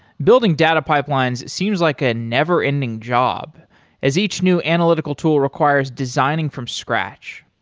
building data pipelines seems like a never ending job as each new analytical tool requires designing from scratch.